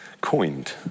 coined